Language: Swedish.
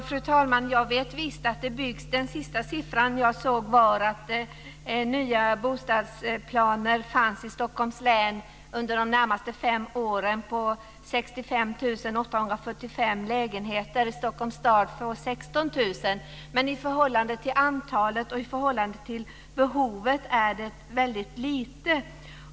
Fru talman! Jag vet visst att det byggs. Den sista siffran jag såg var att nya bostadsplaner fanns i Stockholms län under de närmaste fem åren på 65 845 lägenheter och 16 000 lägenheter i Stockholms stad. Men antalet i förhållande till behovet är väldigt litet.